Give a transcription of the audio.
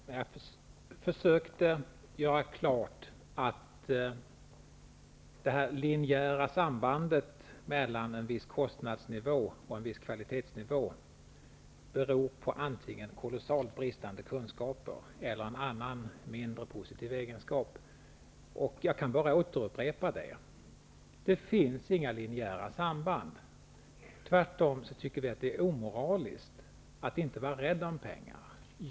Herr talman! Jag försökte göra klart att det beror på antingen kolossalt bristande kunskaper eller en annan mindre positiv egenskap, när man talar om det linjära sambandet mellan en viss kostnadsnivå och en viss kvalitetsnivå. Jag kan bara återupprepa det. Det finns inga linjära samband. Tvärtom tycker vi att det är omoraliskt att inte vara rädd om pengar.